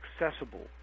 accessible